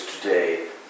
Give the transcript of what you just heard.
today